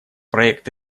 проект